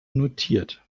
notiert